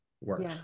works